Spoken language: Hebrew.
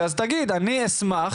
אז תגיד "אני אשמח